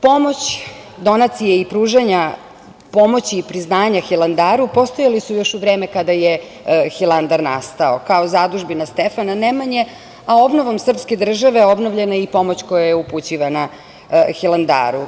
Pomoć, donacije i pružanje pomoći i priznanja Hilandaru postojali su još u vreme kada je Hilandar nastao, kao zadužbina Stefana Nemanje, a obnovom srpske države obnovljena je i pomoć koja je upućivana Hilandaru.